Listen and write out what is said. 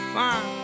fine